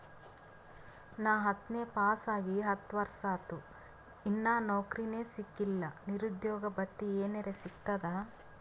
ನಾ ಹತ್ತನೇ ಪಾಸ್ ಆಗಿ ಹತ್ತ ವರ್ಸಾತು, ಇನ್ನಾ ನೌಕ್ರಿನೆ ಸಿಕಿಲ್ಲ, ನಿರುದ್ಯೋಗ ಭತ್ತಿ ಎನೆರೆ ಸಿಗ್ತದಾ?